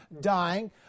dying